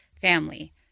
family